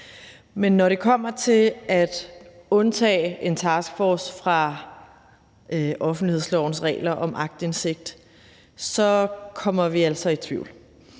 Men når det kommer til at undtage en taskforce fra offentlighedslovens regler om aktindsigt, kommer vi altså i tvivl.